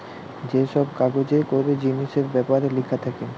যে সব কাগজে করে জিনিসের বেপারে লিখা থাকে